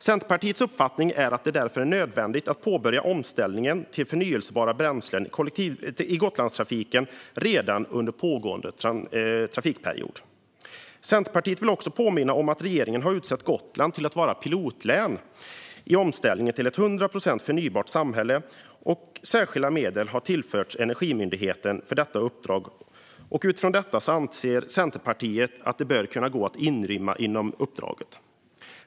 Centerpartiets uppfattning är att det därför är nödvändigt att påbörja omställningen till förnybara bränslen i Gotlandstrafiken redan under pågående trafikperiod. Centerpartiet vill också påminna om att regeringen har utsett Gotland till att vara pilotlän i omställningen till ett hundra procent förnybart samhälle, och särskilda medel har tillförts Energimyndigheten för detta uppdrag. Utifrån detta anser Centerpartiet att det bör kunna inrymmas inom uppdraget.